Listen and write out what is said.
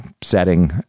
setting